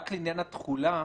רק לעניין התחולה,